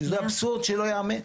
שזה אבסורד שלא יאמן.